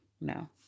no